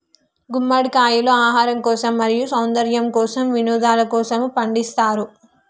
గుమ్మడికాయలు ఆహారం కోసం, మరియు సౌందర్యము కోసం, వినోదలకోసము పండిస్తారు